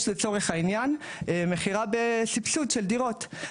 יש לצורך העניין מכירה בסבסוד של דירות.